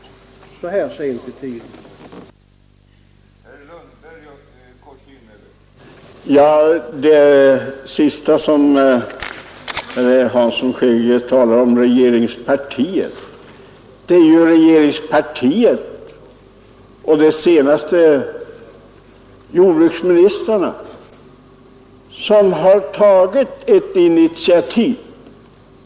Det gjorde man alltså klart så sent som 1969.